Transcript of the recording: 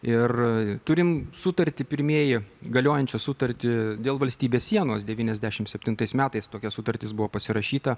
ir turim sutarti pirmieji galiojančią sutartį dėl valstybės sienos devyniasdešimt septintais metais tokia sutartis buvo pasirašyta